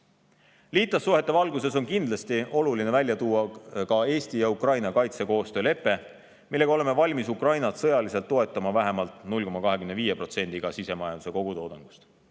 Liitlassuhete valguses on kindlasti oluline välja tuua ka Eesti ja Ukraina kaitsekoostöölepe, mille kohaselt oleme valmis Ukrainat sõjaliselt toetama vähemalt 0,25%-ga sisemajanduse kogutoodangust.